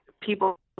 People